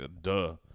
duh